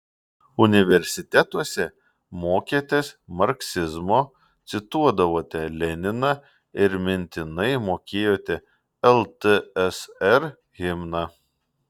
universitetuose mokėtės marksizmo cituodavote leniną ir mintinai mokėjote ltsr himną